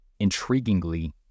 Intriguingly